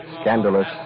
scandalous